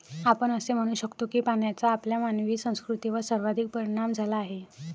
आपण असे म्हणू शकतो की पाण्याचा आपल्या मानवी संस्कृतीवर सर्वाधिक परिणाम झाला आहे